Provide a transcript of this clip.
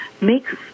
makes